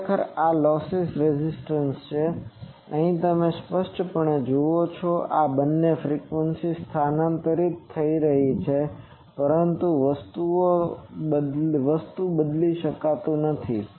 તેથી આ ખરેખર લોસિસ રેઝિસ્ટન્ટ છે અહીં તમે સ્પષ્ટપણે જુઓ કે આ બંને ફ્રીક્વન્સીઝ સ્થાનાંતરિત થઈ રહી છે પરંતુ તે વસ્તુ બદલી શકતું નથી